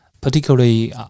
particularly